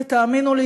ותאמינו לי,